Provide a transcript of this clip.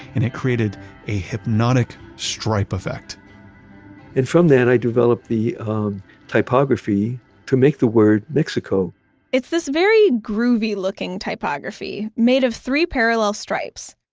and it created a hypnotic stripe effect from then, i developed the um typography to make the word mexico it's this very groovy looking typography, made of three parallel stripes.